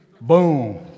Boom